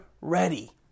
ready